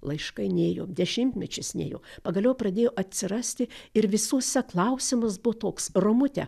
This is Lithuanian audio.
laiškai nėjo dešimtmečius nėjo pagaliau pradėjo atsirasti ir visuose klausimas buvo toks romute